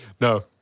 No